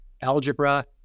Algebra